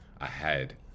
ahead